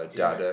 amex